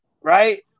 right